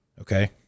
Okay